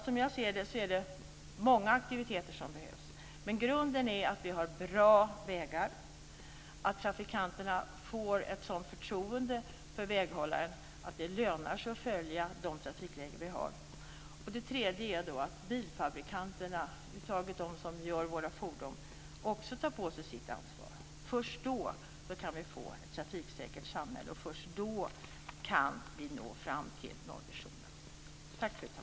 Som jag ser det är det många aktiviteter som behövs, men grunden är att vi har bra vägar, att trafikanterna får ett sådant förtroende för väghållaren att det lönar sig att följa de trafikregler som vi har och att bilfabrikanterna - över huvud taget de som gör våra fordon - också tar sitt ansvar. Först då kan vi få ett trafiksäkert samhälle, och först då kan vi nå fram till nollvisionen.